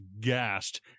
gassed